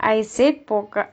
I said polka